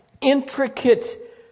intricate